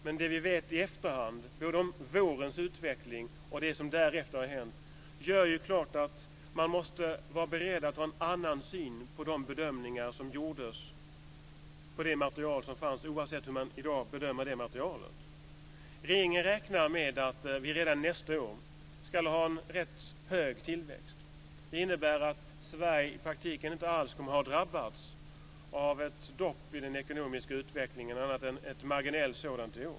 Men det vi vet i efterhand, både om vårens utveckling och om det som därefter har hänt, gör ju klart att man måste vara beredd att ha en annan syn på de bedömningar som gjordes av det material som fanns, oavsett hur man i dag bedömer det materialet. Regeringen räknar med att vi redan nästa år ska ha en rätt hög tillväxt. Det innebär att Sverige i praktiken inte kommer att ha drabbats av något dopp i den ekonomiska utvecklingen annat än ett marginellt sådant i år.